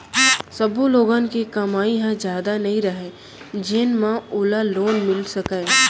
सब्बो लोगन के कमई ह जादा नइ रहय जेन म ओला लोन मिल सकय